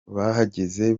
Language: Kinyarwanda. bahageze